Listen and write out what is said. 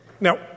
Now